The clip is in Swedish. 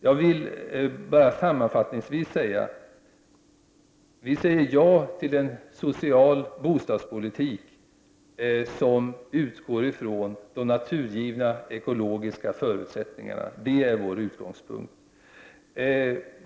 Jag vill bara sammanfattningsvis säga: Vi säger ja till en social bostadspolitik som utgår ifrån de naturgivna ekologiska förutsättningarna. Det är vår utgångspunkt.